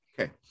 Okay